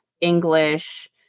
english